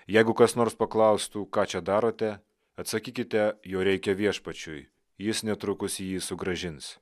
jeigu kas nors paklaustų ką čia darote atsakykite jo reikia viešpačiui jis netrukus jį sugrąžins